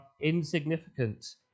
insignificant